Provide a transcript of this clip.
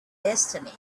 destiny